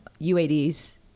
UADs